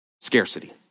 Scarcity